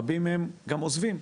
רבים מהם גם עוזבים.